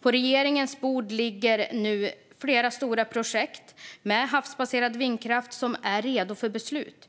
På regeringens bord ligger nu flera stora projekt med havsbaserad vindkraft som är redo för beslut.